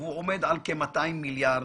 והוא עומד על כ-200 מיליארד